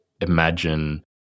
imagine